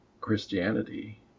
Christianity